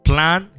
Plan